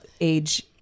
age